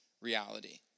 reality